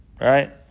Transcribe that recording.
Right